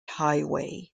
highway